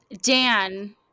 Dan